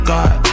God